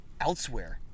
elsewhere